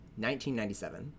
1997